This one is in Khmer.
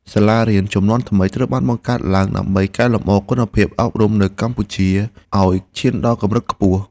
សាលារៀនជំនាន់ថ្មីត្រូវបានបង្កើតឡើងដើម្បីកែលម្អគុណភាពអប់រំនៅកម្ពុជាឱ្យឈានដល់កម្រិតខ្ពស់។